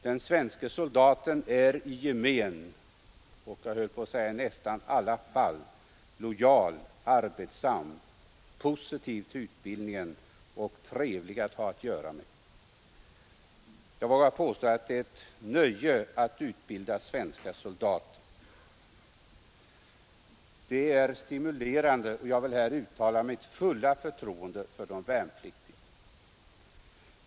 Den svenske soldaten är i gemen — jag höll på att säga i nästan alla fall lojal, arbetsam, positiv till utbildningen och trevlig att ha att göra med. Jag vågar påstå att det är ett nöje att utbilda svenska soldater. Det är stimulerande, och jag vill här uttala mitt fulla förtroende för de värnpliktiga.